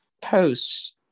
post